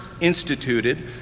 instituted